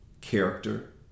character